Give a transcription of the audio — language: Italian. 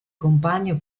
compagno